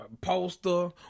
Poster